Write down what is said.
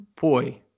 boy